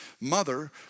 mother